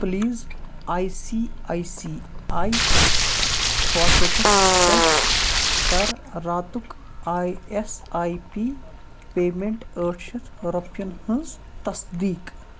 please I C I C I Pockets پٮ۪ٹھ کَر راتُک I S I P payment ٲٹھ شَتھ رۄپیَن ہٕنٛز تصدیٖق